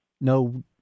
No